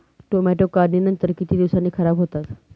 Tomato काढणीनंतर किती दिवसांनी खराब होतात?